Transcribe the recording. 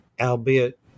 albeit